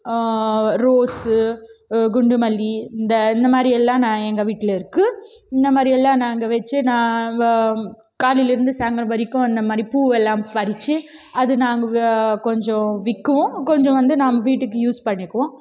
rose குண்டுமல்லி இந்த இந்தமாதிரியெல்லாம் நான் எங்கள் வீட்டில் இருக்குது இந்தமாதிரியெல்லாம் நாங்கள் வச்சு நான் காலையிலிருந்து சாயங்காலம் வரைக்கும் இந்தமாதிரி பூவெல்லாம் பறித்து அது நாங்கள் கொஞ்சம் விற்குவோம் கொஞ்சம் வந்து நாங்கள் வீட்டுக்கு யூஸ் பண்ணிக்குவோம்